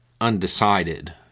undecided